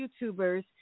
YouTubers